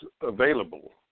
available